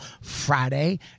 Friday